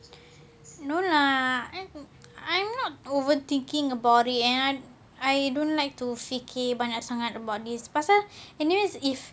no lah I'm I'm not overthinking about it and I I don't like to fikir banyak sangat about this pasal anyways if